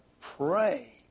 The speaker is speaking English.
pray